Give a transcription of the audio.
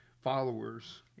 followers